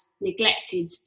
neglected